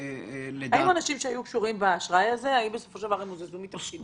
אנשים שהיו קשורים באשראי הזה הוזזו מתפקידם?